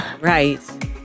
right